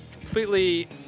completely